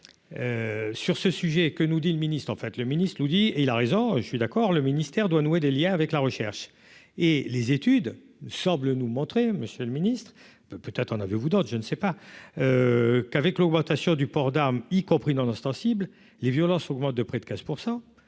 sur ce. Sujet : que nous dit le ministre, en fait, le ministre nous dit et il a raison, je suis d'accord le ministère doit nouer des Liens avec la recherche et les études semblent nous montrer Monsieur le Ministre, peut-être en avez-vous d'autres je ne sais pas qu'avec l'augmentation du port d'armes, y compris dans l'ostensible les violences augmentent de près de 15